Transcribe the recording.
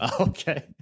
Okay